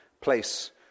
place